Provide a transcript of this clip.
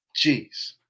jeez